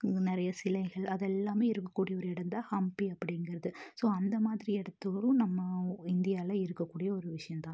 நிறையா சிலைகள் அதெல்லாமே இருக்கக்கூடிய ஒரு இடந்தான் ஹம்ப்பே அப்படிங்குறது ஸோ அந்த மாதிரி இடத்துரும் நம்ம இந்தியாவில இருக்கக்கூடிய ஒரு விஷயந்தான்